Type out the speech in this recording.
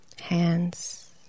hands